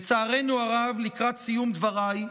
לצערנו הרב, לקראת סיום דבריי,